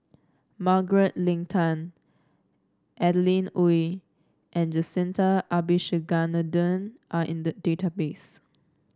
Margaret Leng Tan Adeline Ooi and Jacintha Abisheganaden are in the database